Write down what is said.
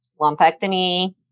lumpectomy